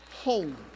home